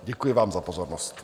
Děkuji vám za pozornost.